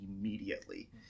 immediately